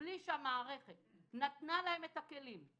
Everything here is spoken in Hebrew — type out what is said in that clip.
מבלי שהמערכת נתנה להם את הכלים,